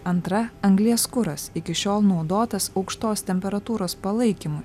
antra anglies kuras iki šiol naudotas aukštos temperatūros palaikymui